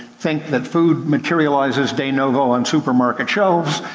think that food materializes de novo on supermarket shelves.